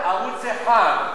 ערוץ-1.